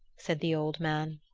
said the old man.